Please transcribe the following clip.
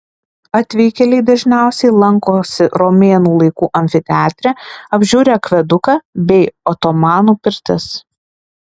atvykėliai dažniausiai lankosi romėnų laikų amfiteatre apžiūri akveduką bei otomanų pirtis